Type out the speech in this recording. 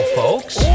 folks